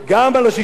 או ה-70,000,